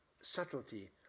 subtlety